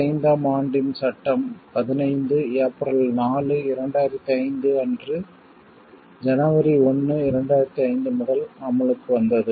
2005 ஆம் ஆண்டின் சட்டம் 15 ஏப்ரல் 4 2005 அன்று ஜனவரி 1 2005 முதல் அமலுக்கு வந்தது